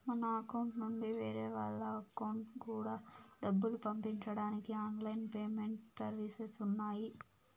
మన అకౌంట్ నుండి వేరే వాళ్ళ అకౌంట్ కూడా డబ్బులు పంపించడానికి ఆన్ లైన్ పేమెంట్ సర్వీసెస్ ఉన్నాయి